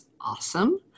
awesome